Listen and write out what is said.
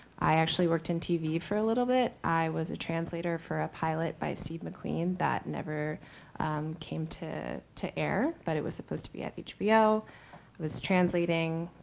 i actually worked in tv for a little bit. i was a translator for a pilot by steve mcqueen that never came to to air, but it was supposed to be at hbo. i was translating,